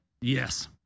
Yes